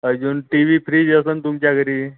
अजून T V fridge असेल तुमच्या घरी